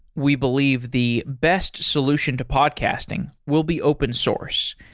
we believe the best solution to podcasting will be open source,